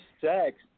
sex